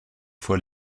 fois